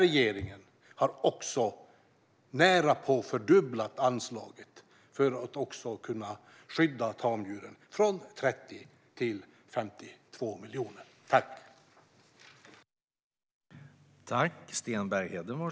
Regeringen har också närapå fördubblat anslaget för att kunna skydda tamdjur, från 30 till 52 miljoner.